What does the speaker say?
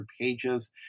pages